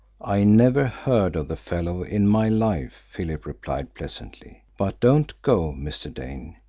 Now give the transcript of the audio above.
i never heard of the fellow in my life, philip replied pleasantly, but don't go, mr. dane.